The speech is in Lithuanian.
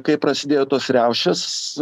kai prasidėjo tos riaušės